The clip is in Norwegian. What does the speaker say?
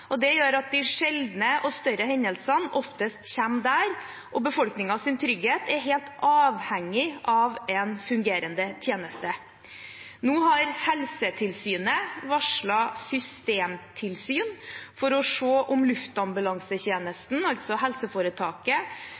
og det gjør at de sjeldne og større hendelsene oftest kommer der, og befolkningens trygghet er helt avhengig av en fungerende tjeneste. Nå har Helsetilsynet varslet systemtilsyn for å se om luftambulansetjenesten, altså helseforetaket,